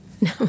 No